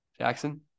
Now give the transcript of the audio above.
Jackson